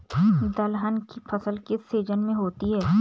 दलहन की फसल किस सीजन में होती है?